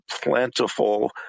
plentiful